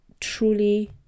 truly